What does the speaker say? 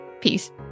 peace